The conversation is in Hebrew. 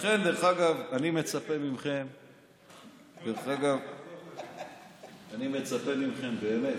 לכן, דרך אגב, אני מצפה מכם באמת,